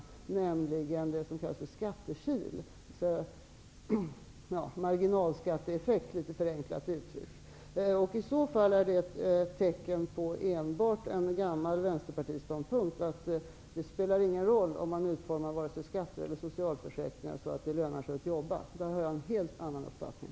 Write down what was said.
Jag syftar då på det som kallas för skattekil -- eller marginalskatteeffekt, litet förenklat uttryckt. I så fall är det enbart ett tecken på en gammal vänsterpartistisk ståndpunkt, nämligen att det inte spelar någon roll om man utformar vare sig skatter eller socialförsäkringar så, att det lönar sig att jobba. På den punkten har jag en helt annan uppfattning.